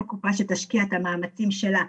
כל קופת חולים שתשקיע את המאמצים שלה,